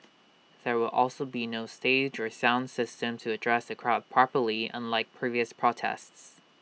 there will also be no stage dress sound system to address the crowd properly unlike previous protests